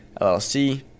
LLC